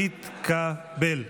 התקבל.